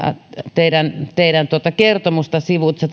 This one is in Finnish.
teidän teidän kertomustanne sivulta